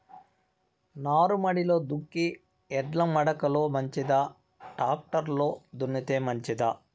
నారుమడిలో దుక్కి ఎడ్ల మడక లో మంచిదా, టాక్టర్ లో దున్నితే మంచిదా?